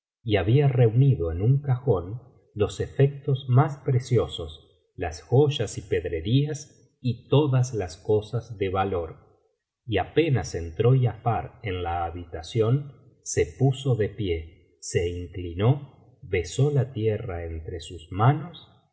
y había reunido en un cajón los efectos más preciosos las joyas y pedrerías y todas las cosas ele valor y apenas penetró giafar en la habitación se puso de pie se inclinó besó la tierra entre sus manos